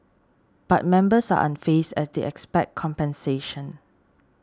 but members are unfazed as they expect compensation